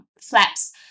flaps